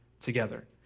together